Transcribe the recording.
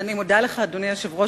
אני מודה לך, אדוני היושב-ראש.